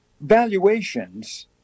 valuations